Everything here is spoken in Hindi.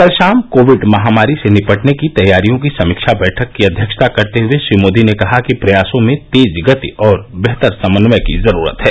कल शाम कोविड महामारी से निपटने की तैयारियों की समीक्षा बैठक की अध्यक्षता करते हुए श्री मोदी ने कहा कि प्रयासों में तेज गति और बेहतर समन्वय की जरूरत है